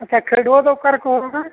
ᱟᱪᱪᱷᱟ ᱠᱷᱟᱹᱰᱣᱟ ᱫᱚ ᱚᱠᱟ ᱨᱮᱠᱚ ᱦᱚᱨᱚᱜᱟ